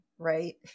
Right